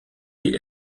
die